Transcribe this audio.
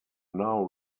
now